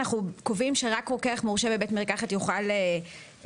אנחנו קובעים שרק רוקח מורשה בבית מרקחת יוכל לנפק.